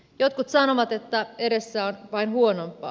jotkut sanovat että edessä on vain huonompaa